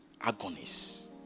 agonies